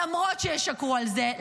למרות שישקרו על זה,